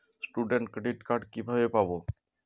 Student credit card কিভাবে পাব?